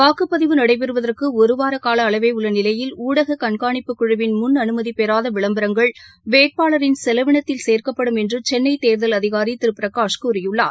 வாக்குப்பதிவு நடைபெறுவதற்கு ஒரு வார கால அளவே உள்ள நிலையில் ஊடக கண்காணிப்புக் குழுவின் முன்அனுமதி பெறாத விளம்பரங்கள் வேட்பாளரின் செலவினத்தில் சேர்க்கப்படும் என்று சென்ளை தேர்தல் அதிகாரி திரு பிரகாஷ் கூறியுள்ளார்